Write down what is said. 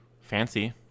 Fancy